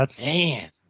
man